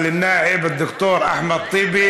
ד"ר אחמד טיבי.)